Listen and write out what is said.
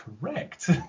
correct